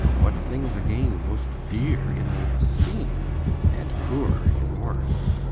what things again most dear in the esteem and poor in worth!